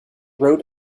wrote